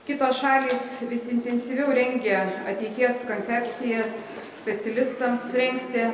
kitos šalys vis intensyviau rengia ateities koncepcijas specialistams rengti